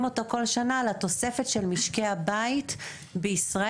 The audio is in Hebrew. אותו כל שנה לתוספת של משקי הבית בישראל,